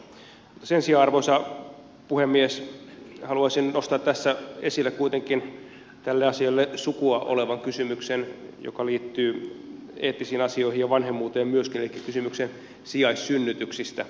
mutta sen sijaan arvoisa puhemies haluaisin nostaa tässä esille kuitenkin tälle asialle sukua olevan kysymyksen joka liittyy eettisiin asioihin ja vanhemmuuteen myöskin elikkä kysymyksen sijaissynnytyksistä